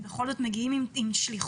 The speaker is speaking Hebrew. הם בכל זאת מגיעים עם שליחות,